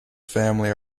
family